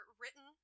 written